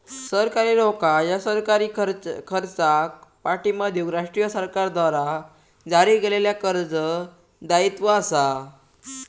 सरकारी रोखा ह्या सरकारी खर्चाक पाठिंबा देऊक राष्ट्रीय सरकारद्वारा जारी केलेल्या कर्ज दायित्व असा